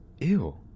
Ew